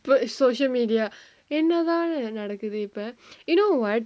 social media என்னதா நடக்குது இப்ப:ennathaa nadakkuthu ippa you know [what]